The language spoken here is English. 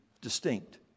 distinct